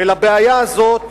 ולבעיה הזאת